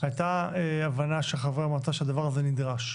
הייתה הבנה של חברי המועצה שהדבר הזה נדרש.